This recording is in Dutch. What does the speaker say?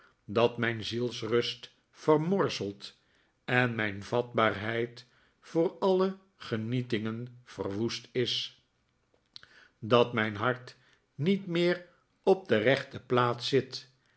dat mijn zielsrust vermorzeld en mijn vatbaarheid voor alle genietingen verwoest is dat mijn hart niet meer op de rechte plaats zit